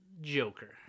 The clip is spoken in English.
Joker